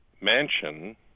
mansion